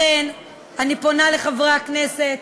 לכן אני פונה לחברי הכנסת